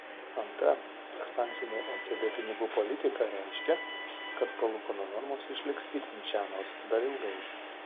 antra ekspansinė ecb pinigų politika reiškia kad palūkanų normos išliks itin žemos dar ilgai